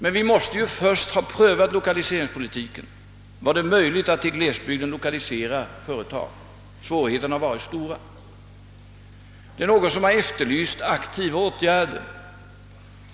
Vi måste emellertid först ha prövat lokaliseringspolitiken och undersökt vart i glesbygden det är möjligt att lokalisera företag. Svårigheterna har varit stora. Någon har efterlyst aktiva åtgärder.